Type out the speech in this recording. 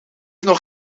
nog